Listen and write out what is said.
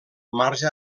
marge